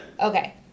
Okay